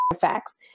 facts